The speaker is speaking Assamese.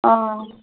অঁ